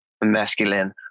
masculine